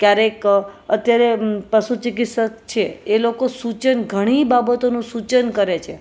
ક્યારેક અત્યારે પશુ ચિકિત્સક છે એ લોકો સૂચન ઘણી બાબતોનું સૂચન કરે છે